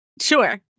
Sure